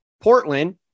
Portland